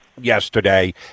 Yesterday